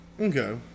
Okay